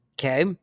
okay